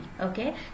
okay